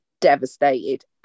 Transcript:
devastated